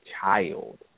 child